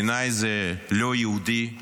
בעיניי, זה לא יהודי,